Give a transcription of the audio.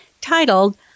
titled